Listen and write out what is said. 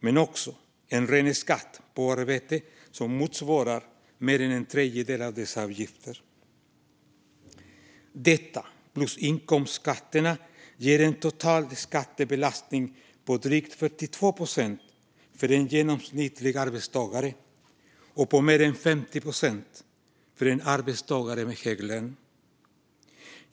Men det är också en ren skatt på arbetet som motsvarar mer än en tredjedel av dessa avgifter. Detta plus inkomstskatterna ger en total skattebelastning på drygt 42 procent för en genomsnittlig arbetstagare och på mer än 50 procent för en arbetstagare med hög lön.